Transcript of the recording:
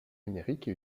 numérique